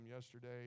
yesterday